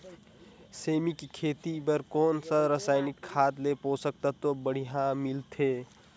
सेमी के खेती बार कोन सा रसायनिक खाद ले पोषक तत्व बढ़िया मिलही?